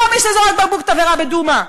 לא מי שזורק בקבוק תבערה בדומא,